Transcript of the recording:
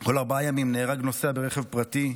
בכל ארבעה ימים נהרג נוסע ברכב פרטי,